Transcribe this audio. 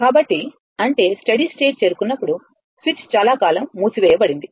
కాబట్టి అంటే steady state చేరుకున్నప్పుడు స్విచ్ చాలా కాలం మూసివేయబడింది